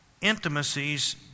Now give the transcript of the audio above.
intimacies